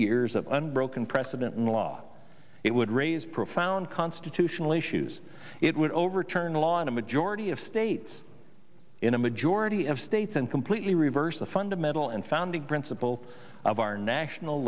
years of unbroken precedent in law it would raise profound constitutional issues it would overturn a law in a majority of states in a majority of states and completely reversed the fundamental and founding principle of our national